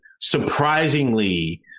surprisingly